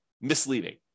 misleading